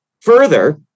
Further